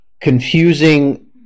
confusing